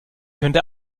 könnte